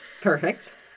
Perfect